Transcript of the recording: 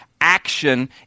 action